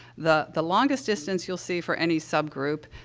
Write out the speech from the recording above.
the the longest distance you'll see for any subgroup,